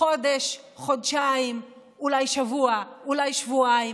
חודש, חודשיים, אולי שבוע, אולי שבועיים.